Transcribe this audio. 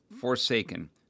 Forsaken